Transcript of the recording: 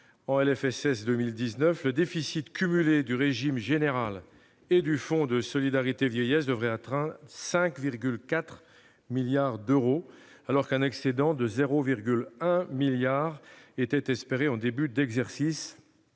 pour 2019. Le déficit cumulé du régime général et du Fonds de solidarité vieillesse (FSV) devrait atteindre 5,4 milliards d'euros, alors qu'un excédent de 0,1 milliard d'euros était espéré en début d'exercice.